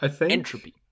entropy